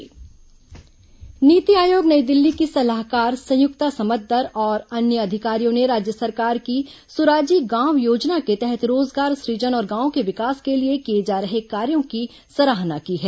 नीति आयोग सराहना नीति आयोग नई दिल्ली की सलाहकार संयुक्ता समद्दर और अन्य अधिकारियों ने राज्य सरकार की सुराजी गांव योजना के तहत रोजगार सुजन और गांवों के विकास के लिए किए जा रहे कार्यों की सराहना की है